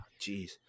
Jeez